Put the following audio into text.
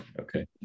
Okay